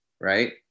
right